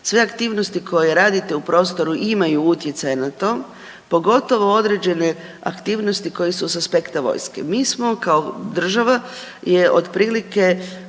sve aktivnosti koje radite u prostoru imaju utjecaj na to, pogotovo određene aktivnosti koje su s aspekta vojske. Mi smo kao država, je od prilike